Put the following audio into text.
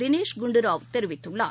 தினேஷ் குண்டுராவ் தெரிவித்துள்ளார்